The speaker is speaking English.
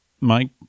Mike